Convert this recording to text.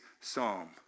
psalm